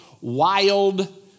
wild